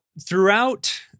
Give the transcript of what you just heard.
throughout